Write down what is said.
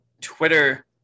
Twitter